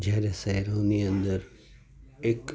જયારે શહેરોની અંદર એક